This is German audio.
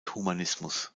humanismus